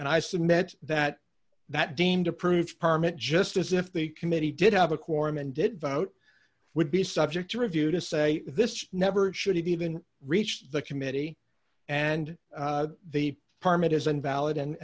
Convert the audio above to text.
and i submit that that deemed approved permit just as if the committee did have a quorum and did vote would be subject to review to say this never should have even reached the committee and the permit is invalid